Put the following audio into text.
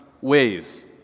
ways